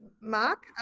Mark